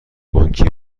بانکی